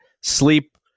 sleep